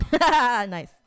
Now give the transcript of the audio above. Nice